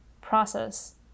process